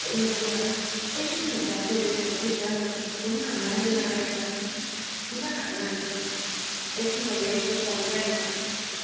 señor cura es un muchacho de unos diez años con una mona y una gaita iba caminando es uno de esos saboyanos